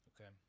okay